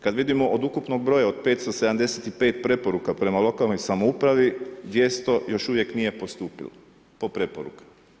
Kad vidimo od ukupnog broja od 575 preporuka prema lokalnoj samoupravi, 200 još uvijek nije postupilo po preporukama.